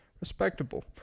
respectable